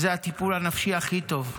זה הטיפול הנפשי הכי טוב.